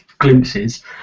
glimpses